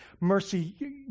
mercy